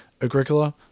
Agricola